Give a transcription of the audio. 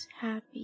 happy